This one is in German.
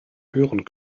hören